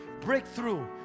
breakthrough